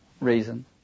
reason